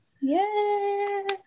Yes